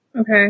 Okay